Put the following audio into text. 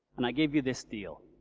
and i gave you this deal